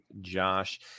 Josh